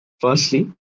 firstly